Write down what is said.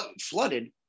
flooded